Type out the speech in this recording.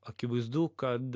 akivaizdu kad